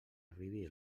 arribi